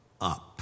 up